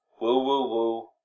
Woo-woo-woo